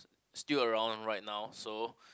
still around right now so